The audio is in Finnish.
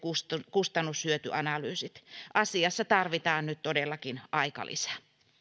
kustannus hyöty analyysit asiassa tarvitaan nyt todellakin aikalisä